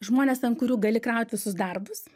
žmonės ant kurių gali kraut visus darbus